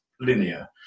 linear